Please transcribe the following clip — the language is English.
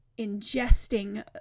ingesting